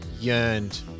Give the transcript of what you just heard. yearned